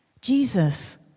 Jesus